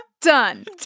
Done